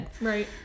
Right